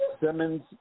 Simmons